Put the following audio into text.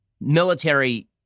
military